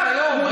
כן, היום.